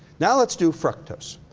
now let's do fructose.